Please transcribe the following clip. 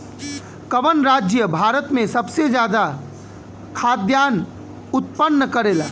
कवन राज्य भारत में सबसे ज्यादा खाद्यान उत्पन्न करेला?